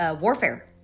warfare